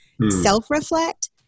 self-reflect